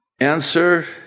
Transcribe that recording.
Answer